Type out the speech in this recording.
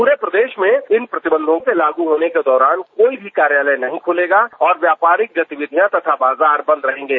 पूरे प्रदेश में इन प्रतिबंधों के लागू होने के दौरान कोई भी कार्यालय नहीं खूलेगा और व्यापारिक गतिविधियां तथा बाजार बंद रहेंगे